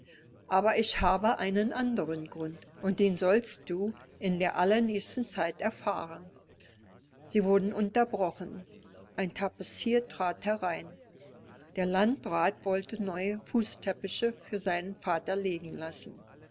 aber ich habe einen anderen grund und den sollst du in der allernächsten zeit erfahren sie wurden unterbrochen ein tapezier trat herein der landrat wollte neue fußteppiche für seinen vater legen lassen